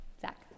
Zach